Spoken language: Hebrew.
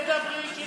תדברי שנשמע.